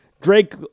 Drake